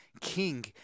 king